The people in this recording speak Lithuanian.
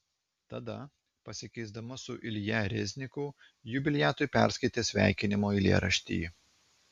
tada pasikeisdama su ilja rezniku jubiliatui perskaitė sveikinimo eilėraštį